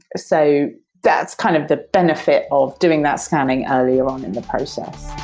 so that's kind of the benefit of doing that scanning earlier on in the process